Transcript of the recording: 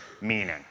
meaning